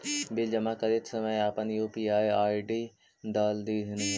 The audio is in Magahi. बिल जमा करित समय अपन यू.पी.आई आई.डी डाल दिन्हें